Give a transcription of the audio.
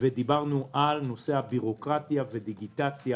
ונושא הבירוקרטיה והדיגיטציה